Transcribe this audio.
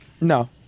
No